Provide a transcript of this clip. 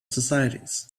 societies